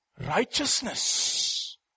Righteousness